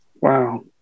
Wow